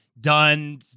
Done